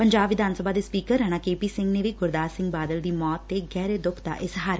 ਪੰਜਾਬ ਵਿਧਾਨ ਸਭਾ ਦੇ speaker Rana K P Singh ਨੇ ਵੀ ਗੁਰਦਾਸ ਸਿੰਘ ਬਾਦਲ ਦੀ ਮੌਤ ਤੇ ਗਹਿਰੇ ਦੁੱਖ ਦਾ ਇਜ਼ਹਾਰ ਕੀਤਾ